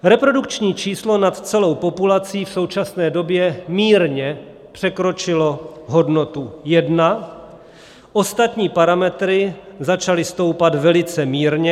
Reprodukční číslo nad celou populací v současné době mírně překročilo hodnotu 1, ostatní parametry začaly stoupat velice mírně.